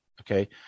okay